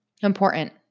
important